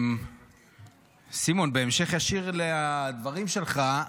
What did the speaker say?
סימון, בהמשך ישיר לדברים שלך,